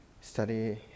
study